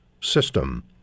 system